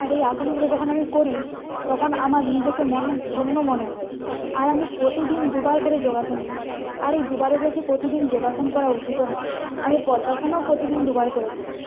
আর এই আসনগুলো যখন আমি করি তখন আমার নিজেকে মনে ধন্য মনে হয় আর আমি প্রতিদিন দুবার করে যোগাসন করি আর এই দুবারের বেশি প্রতিদিন যোগাসন করা উচিতও নয় আমি পদ্মাসনও প্রতিদিন দুবার করে করি